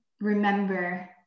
remember